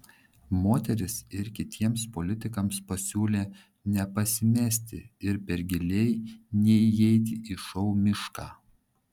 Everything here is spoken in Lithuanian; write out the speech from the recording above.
moteris ir kitiems politikams pasiūlė nepasimesti ir per giliai neįeiti į šou mišką